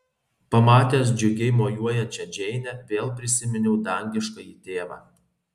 pamatęs džiugiai mojuojančią džeinę vėl prisiminiau dangiškąjį tėvą